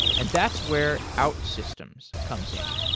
and that's where outsystems comes in.